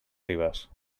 ribes